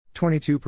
22%